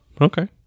Okay